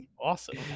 awesome